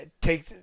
take